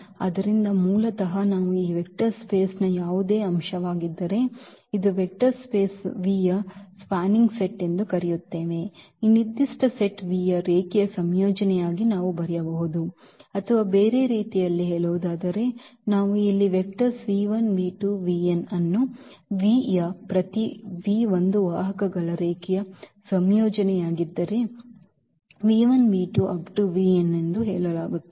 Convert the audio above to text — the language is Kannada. ಆದ್ದರಿಂದ ಮೂಲತಃ ನಾವು ಈ ವೆಕ್ಟರ್ ಸ್ಪೇಸ್ನ ಯಾವುದೇ ಅಂಶವಾಗಿದ್ದರೆ ಇದು ವೆಕ್ಟರ್ ಸ್ಪೇಸ್ ಯ ಸ್ಪ್ಯಾನಿಂಗ್ ಸೆಟ್ ಎಂದು ಕರೆಯುತ್ತೇವೆ ಈ ನಿರ್ದಿಷ್ಟ ಸೆಟ್ ಯ ರೇಖೀಯ ಸಂಯೋಜನೆಯಾಗಿ ನಾವು ಬರೆಯಬಹುದು ಅಥವಾ ಬೇರೆ ರೀತಿಯಲ್ಲಿ ಹೇಳುವುದಾದರೆ ನಾವು ಇಲ್ಲಿ ವೆಕ್ಟರ್ಸ್ ಅನ್ನು V ಯ ಪ್ರತಿ v ಒಂದು ವಾಹಕಗಳ ರೇಖೀಯ ಸಂಯೋಜನೆಯಾಗಿದ್ದರೆ ಎಂದು ಹೇಳಲಾಗುತ್ತದೆ